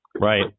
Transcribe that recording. Right